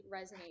resonate